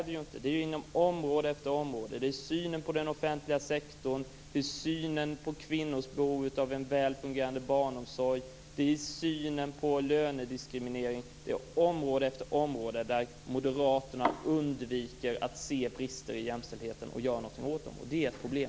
Det gäller inom område efter område. Det gäller synen på den offentliga sektorn, synen på kvinnors behov av en väl fungerande barnomsorg och synen på lönediskriminering. Inom område efter område undviker moderaterna att se brister i jämställdheten och att göra något åt dem, och det är ett problem.